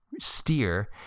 steer